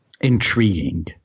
intriguing